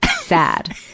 Sad